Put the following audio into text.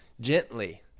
gently